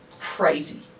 crazy